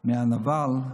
מהנבל.